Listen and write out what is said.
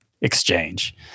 exchange